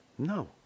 No